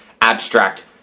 abstract